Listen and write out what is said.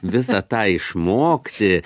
visą tą išmokti